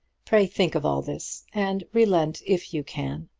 pray think of all this, and relent if you can.